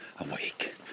awake